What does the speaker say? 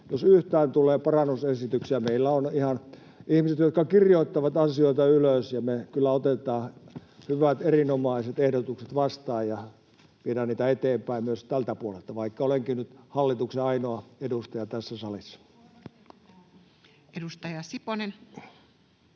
jos yhtään tulee parannusesityksiä. Meillä on ihan ihmisiä, jotka kirjoittavat asioita ylös, ja me kyllä otetaan hyvät, erinomaiset ehdotukset vastaan ja viedään niitä eteenpäin myös tältä puolelta, vaikka olenkin nyt hallituksen ainoa edustaja tässä salissa. [Speech